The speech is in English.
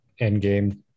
Endgame